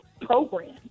program